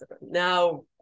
Now